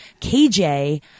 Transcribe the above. KJ